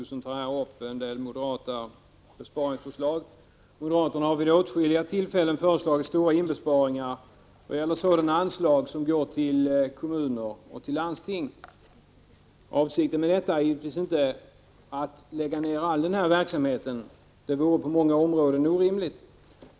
Herr talman! Kurt Hugosson tog upp vissa moderata besparingsförslag. Moderaterna har vid åtskilliga tillfällen föreslagit stora inbesparingar när det gäller sådana anslag som går till kommuner och landsting. Avsikten är naturligtvis inte att lägga ned all denna verksamhet. Det vore på många områden orimligt.